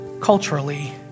culturally